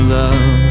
love